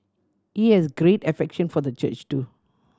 he has great affection for the church too